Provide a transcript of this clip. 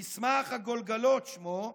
"מסמך הגולגולות" שמו,